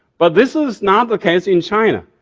but this is not the case in china.